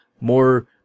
more